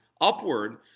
upward